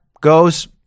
goes